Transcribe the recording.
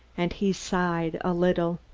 and he sighed a little.